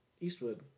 Eastwood